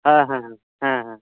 ᱦᱟᱸ ᱦᱟᱸ ᱦᱟᱸ ᱦᱟᱸ ᱦᱟᱸ